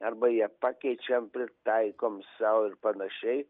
arba ją pakeičiam pritaikom sau ir panašiai